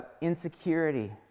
insecurity